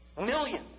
Millions